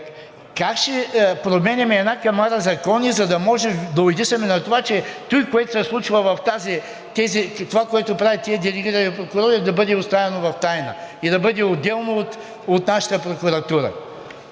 Как ще променяме една камара закони, за да може да уйдисаме на това, че това, което правят тези делегирани прокурори, да бъде оставено в тайна и да бъде отделно от нашата прокуратура?